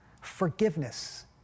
Forgiveness